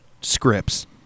scripts